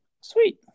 Sweet